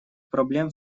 проблем